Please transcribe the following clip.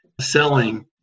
selling